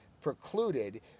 precluded